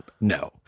no